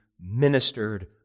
ministered